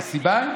הסיבה?